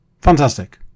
Fantastic